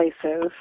places